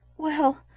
well,